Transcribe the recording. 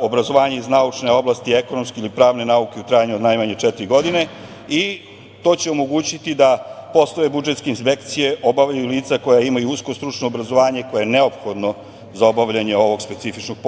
obrazovanja iz naučne oblasti ekonomske ili pravne nauke u trajanju od najmanje četiri godine i to će omogućiti da poslovi budžetske inspekcije obavljaju lica koja imaju usko stručno obrazovanje koje je neophodno za obavljanje ovog specifičnog